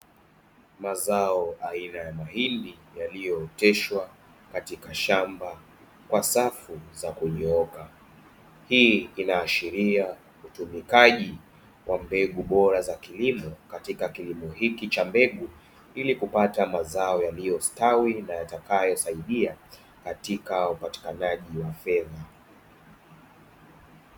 Mazao aina ya mahindi, yaliyooteshwa katika shamba kwa safu za kunyooka. Hii inaashiria utumikaji wa mbegu bora za kilimo katika kilimo hiki cha mbegu, ili kupata mazao yaliyostawi na yatakayosaidia katika upatikanaji wa fedha.